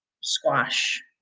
squash